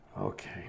Okay